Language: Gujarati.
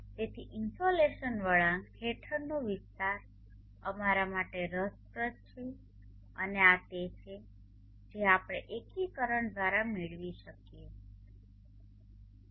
તેથી ઇન્સોલેશન વળાંક હેઠળનો વિસ્તાર અમારા માટે રસપ્રદ છે અને આ તે છે જે આપણે એકીકરણ દ્વારા મેળવી શકીએ છીએ